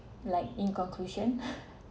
like in conclusion